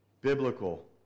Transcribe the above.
biblical